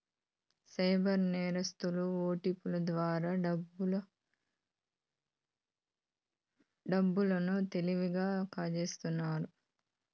cyber నేరస్తులు ఓటిపిల ద్వారా ప్రజల డబ్బు లను తెలివిగా కాజేస్తున్నారు